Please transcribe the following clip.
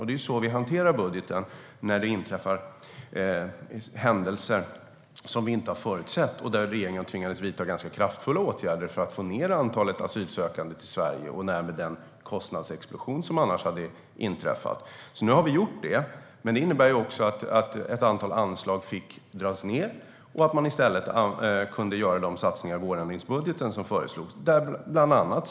Det är så vi hanterar budgeten när det inträffar händelser som vi inte har förutsett. Regeringen tvingades vidta ganska kraftfulla åtgärder för att få ned antalet asylsökande till Sverige och därmed den kostnadsexplosion som annars hade inträffat. Nu har vi gjort det. Detta innebär att ett antal anslag har fått dras ned och att de satsningar som föreslogs i stället kunde göras i vårändringsbudgeten.